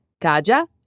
Kaja